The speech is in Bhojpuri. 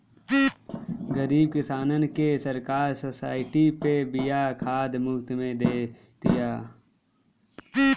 गरीब किसानन के सरकार सोसाइटी पे बिया खाद मुफ्त में दे तिया